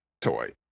toy